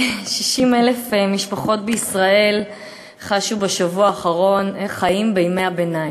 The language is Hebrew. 60,000 משפחות בישראל חשו בשבוע האחרון איך חיים בימי הביניים: